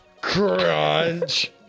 Crunch